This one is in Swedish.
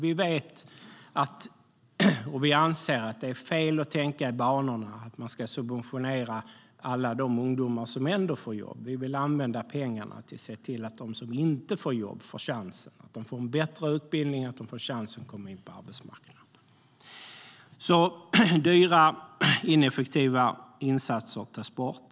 Vi anser att det är fel att tänka i banorna att man ska subventionera alla de ungdomar som ändå får jobb och vill i stället använda pengarna till att se till att de som inte får jobb får chansen. De ska få en bättre utbildning och chansen att komma in på arbetsmarknaden. Dyra och ineffektiva insatser tas alltså bort.